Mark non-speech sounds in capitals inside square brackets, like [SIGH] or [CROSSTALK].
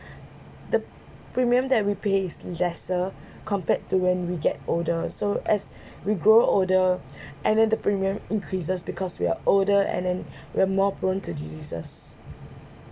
[BREATH] the premium that we pay is lesser [BREATH] compared to when we get older so as [BREATH] we grow older [BREATH] and then the premium increases because we are older and then [BREATH] we are more prone to diseases